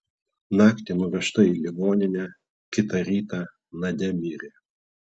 naktį nuvežta į ligoninę kitą rytą nadia mirė